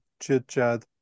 chit-chat